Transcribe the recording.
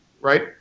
right